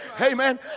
Amen